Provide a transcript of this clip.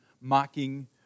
mocking